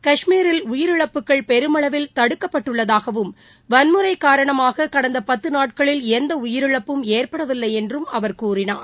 கஷ்மீரில் உயிழப்புகள் பெருமளவில் தடுக்கப்பட்டுள்ளதாகவும் வன்முறை காரணமாக கடந்த பத்து நாட்களில் எந்த உயிரிழப்பும் ஏற்படவில்லை என்றும் அவர் கூறினார்